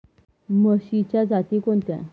म्हशीच्या जाती कोणत्या?